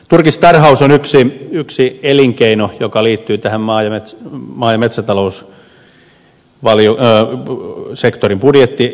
turkistarhaus on yksi elinkeino joka liittyy maa ja metsätaloussektorin budjettiosuuteen